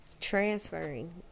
transferring